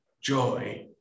Joy